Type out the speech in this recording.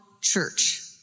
church